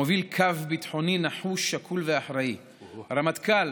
המוביל קו ביטחוני נחוש, שקול ואחראי והרמטכ"ל